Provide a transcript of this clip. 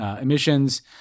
emissions